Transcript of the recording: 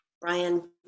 Brian